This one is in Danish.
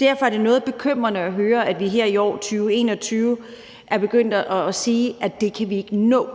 Derfor er det noget bekymrende at høre, at vi her i år – i 2021 – er begyndt at sige, at det kan vi ikke nå.